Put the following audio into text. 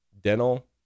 dental